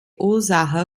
ursache